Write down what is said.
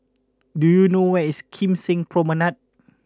do you know where is Kim Seng Promenade